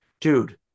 dude